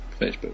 facebook